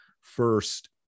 First